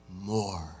more